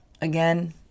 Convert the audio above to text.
again